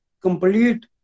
Complete